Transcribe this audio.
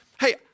Hey